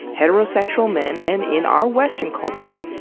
heterosexual men, and in our western culture,